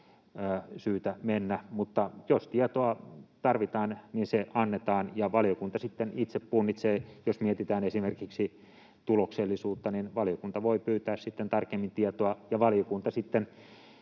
syytä mennä. Jos tietoa tarvitaan, niin se annetaan, ja valiokunta sitten itse punnitsee sitä. Jos mietitään esimerkiksi tuloksellisuutta, niin valiokunta voi pyytää tarkemmin tietoa, ja sitten